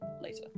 later